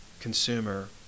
consumer